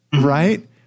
right